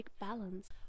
balance